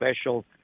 special